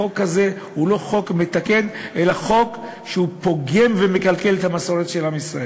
החוק הזה הוא לא חוק מתקן אלא חוק שפוגם ומקלקל את המסורת של עם ישראל.